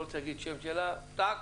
טאק,